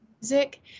music